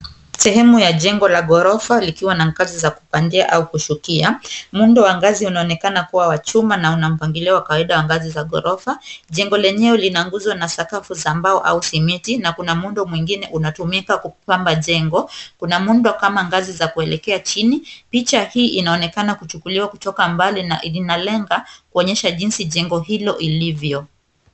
Sehemu ya jengo la ghorofa likiwa na ngazi za kupandia au kushukia, muundo wa ngazi unaonekana kuwa wa chuma na una mpangilio wa kawaida wa ngazi za ghorofa. Jengo lenyewe lina nguzo na sakafu za mbao au simiti na kuna muundo mwingine unatumika kupamba jengo. Kuna muundo kama ngazi za kuelekea chini, picha hii inaonekana kuchukuliwa kutoka mbali na inalenga kuonyesha jinsi jengo hilo ilivyo.